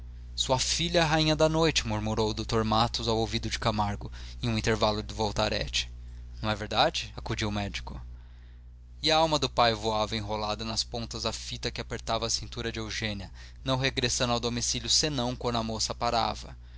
sua filha é a rainha da noite murmurou o dr matos ao ouvido de camargo em um intervalo do voltarete não é verdade acudiu o médico e a alma do pai voava enrolada nas pontas da fita que apertava a cintura de eugênia não regressando ao domicílio senão quando a moça parava